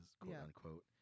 quote-unquote